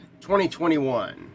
2021